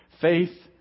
Faith